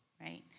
right